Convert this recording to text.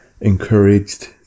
encouraged